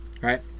right